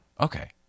Okay